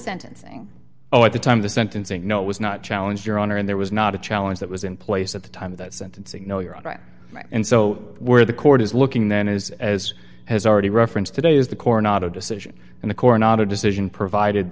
center oh at the time of the sentencing no it was not challenge your honor and there was not a challenge that was in place at the time that sentencing no you're right and so were the court is looking then is as has already referenced today is the core not a decision in the core not a decision provided